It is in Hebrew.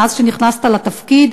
מאז נכנסת לתפקיד,